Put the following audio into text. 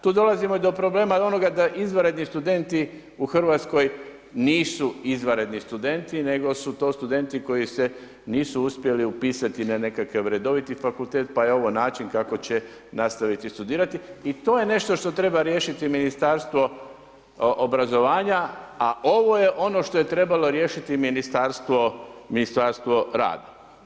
Tu dolazimo do problema onoga da izvanredni studenti u Hrvatskoj nisu izvanredni studenti nego su to studenti koji se nisu uspjeli upisati na nekakav redoviti fakultet pa je ovo način kako će nastaviti studirati i to je nešto što treba riješiti Ministarstvo obrazovanja a ovo je ono što je trebalo riješiti Ministarstvo rada.